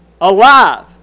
alive